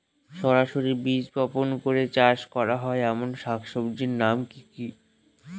সরাসরি বীজ বপন করে চাষ করা হয় এমন শাকসবজির নাম কি কী?